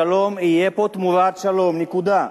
השלום יהיה פה תמורת שלום, נקודה.